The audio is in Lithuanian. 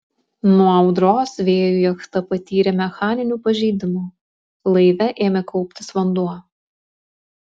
nuo audros vėjų jachta patyrė mechaninių pažeidimų laive ėmė kauptis vanduo